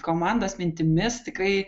komandos mintimis tikrai